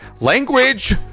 Language